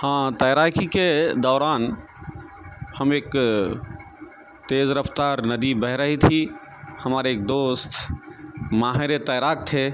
ہاں تیراکی کے دوران ہم ایک تیز رفتار ندی بہہ رہی تھی ہمارے ایک دوست ماہر تیراک تھے